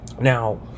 Now